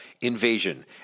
invasion